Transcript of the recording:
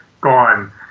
gone